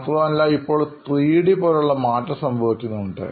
മാത്രമല്ല ഇപ്പോൾ 3D പോലുള്ള മാറ്റങ്ങൾ സംഭവിക്കുന്നുണ്ട്